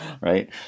Right